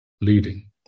leading